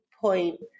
point